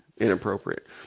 inappropriate